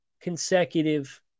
consecutive